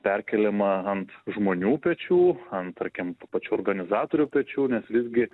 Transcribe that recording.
perkeliama ant žmonių pečių ant tarkim pačių organizatorių pečių nes visgi